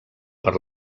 per